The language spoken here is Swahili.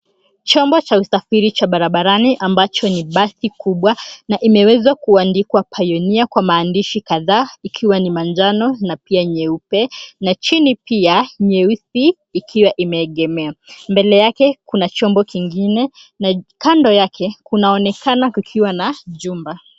Chombo cha usafiri cha barabarani ambacho ni basi kubwa kimeweza kuandikwa Pioneer kwa maandishi kadhaa ikiwa ni manjano na pia nyeupe na chini pia nyeusi ikiwa imeegemea. Mbele yake kuna chombo kingine na kando yake kunaonekana kukiwa na jumba.